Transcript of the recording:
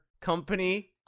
company